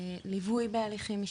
ליווי בהליכים משפטי,